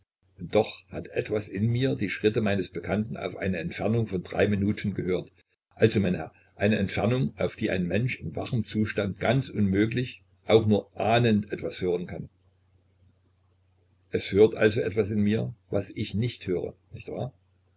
und doch hat etwas in mir die schritte meines bekannten auf eine entfernung von drei minuten gehört also mein herr eine entfernung auf die ein mensch in wachem zustand ganz unmöglich auch nur ahnend etwas hören kann es hört also etwas in mir was ich nicht höre nicht wahr